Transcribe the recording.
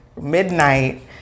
Midnight